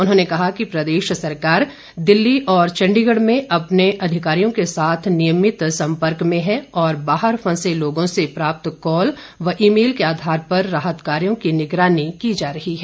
उन्होंने कहा कि प्रदेश सरकार दिल्ली और चंडीगढ़ में अपने अधिकारियों के साथ नियमित संपर्क में हैं और बाहर फंसे लोगों से प्राप्त कॉल व ई मेल के आधार पर राहत कार्यों की निगरानी की जा रही है